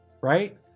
right